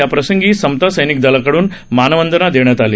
याप्रसंगी समता सैनिकदलाकड़नही मानवंदना देण्यात आली